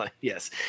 yes